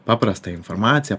paprastą informaciją